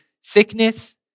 sickness